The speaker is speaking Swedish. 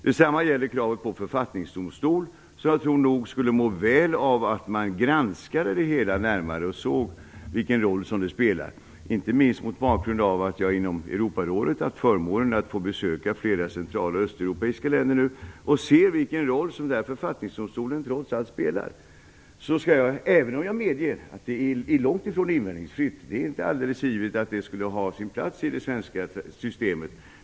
Detsamma gäller kravet på författningsdomstol, som jag, inte minst mot bakgrund av att jag inom Europarådet haft förmånen att få besöka flera centraloch östeuropeiska länder och se vilken roll som författningsdomstolen trots allt spelar, tror skulle må väl av en närmare granskning. Men jag medger att detta långt ifrån är invändningsfritt, det är inte alldeles givet att en sådan skulle ha sin plats i det svenska systemet.